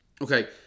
Okay